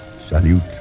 Salute